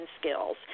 skills